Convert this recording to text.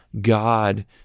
God